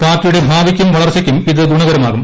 പാർട്ടിയുടെ ഭാവിക്കും വളർച്ചയ്ക്കും ഇത് ഗുണകരമാകും